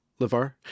Lavar